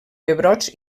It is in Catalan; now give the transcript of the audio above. pebrots